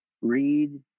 read